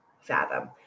fathom